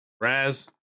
Raz